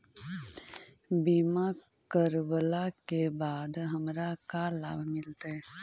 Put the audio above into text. बीमा करवला के बाद हमरा का लाभ मिलतै?